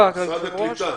משרד הקליטה.